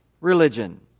religion